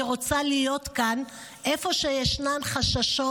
אני רוצה להיות כאן, איפה שישנם חששות